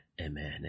amen